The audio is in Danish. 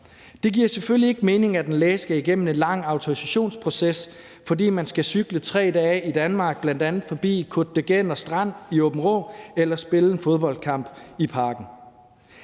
Det giver selvfølgelig ikke mening, at en læge skal igennem en lang autorisationsproces, fordi man skal cykle 3 dage i Danmark, bl.a. forbi Côte de Genner Strand i Aabenraa, eller fordi man skal spille en fodboldkamp i Parken.